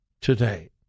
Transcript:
today